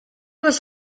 was